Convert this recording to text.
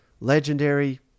legendary